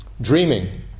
dreaming